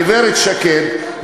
גברת שקד,